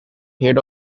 head